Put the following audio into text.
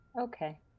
Okay